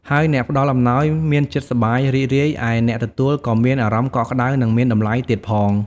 ហើយអ្នកផ្តល់អំណោយមានចិត្តសប្បាយរីករាយ ឯអ្នកទទួលក៏មានអារម្មណ៍កក់ក្តៅ និងមានតម្លៃទៀតផង។